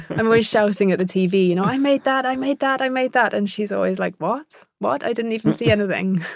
i'm always shouting at the tv, you know, i made that, i made that, i made that. and she's always like, what? what? i didn't even see anything.